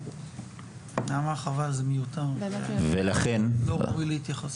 נעמה חבל זה מיותר, זה לא ראוי להתייחסות.